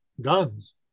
guns